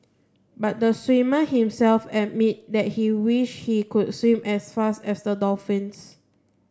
but the swimmer himself admit that he wish he could swim as fast as the dolphins